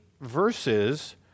verses